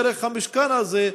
דרך המשכן הזה,